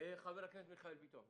הכנסת מיכאל ביטון.